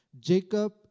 Jacob